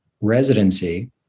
residency